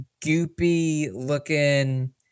goopy-looking